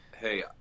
Hey